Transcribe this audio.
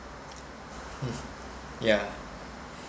mm yeah